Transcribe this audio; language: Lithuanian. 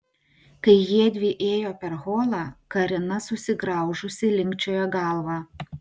kai jiedvi ėjo per holą karina susigraužusi linkčiojo galvą